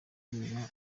kubera